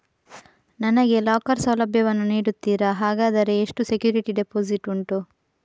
ನನಗೆ ಲಾಕರ್ ಸೌಲಭ್ಯ ವನ್ನು ನೀಡುತ್ತೀರಾ, ಹಾಗಾದರೆ ಎಷ್ಟು ಸೆಕ್ಯೂರಿಟಿ ಡೆಪೋಸಿಟ್ ಉಂಟು?